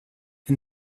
and